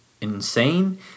insane